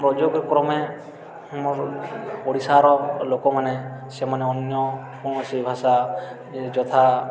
ପ୍ରୟୋଗ କ୍ରମେ ଓଡ଼ିଶାର ଲୋକମାନେ ସେମାନେ ଅନ୍ୟ କୌଣସି ଭାଷା ଯଥା